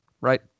right